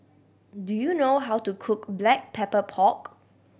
do you know how to cook Black Pepper Pork